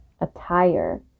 attire